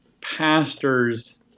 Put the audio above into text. pastors